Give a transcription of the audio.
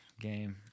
game